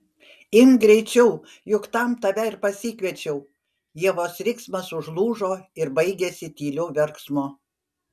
imk greičiau juk tam tave ir pasikviečiau ievos riksmas užlūžo ir baigėsi tyliu verksmu